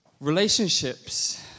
relationships